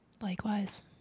Likewise